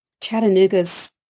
Chattanooga's